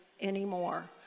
anymore